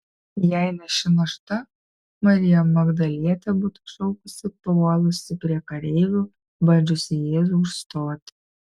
jei ne ši našta marija magdalietė būtų šaukusi puolusi prie kareivių bandžiusi jėzų užstoti